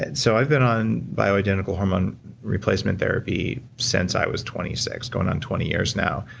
and so i've been on bioidentical hormone replacement therapy since i was twenty six, going on twenty years now.